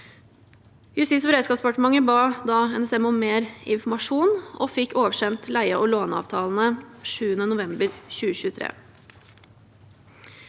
Justisog beredskapsdepartementet ba da NSM om mer informasjon og fikk oversendt leie- og låneavtalene den 7. november 2023.